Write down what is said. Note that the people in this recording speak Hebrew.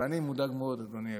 ואני מודאג מאוד, אדוני היושב-ראש.